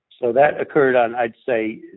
so that occurred on, i'd say,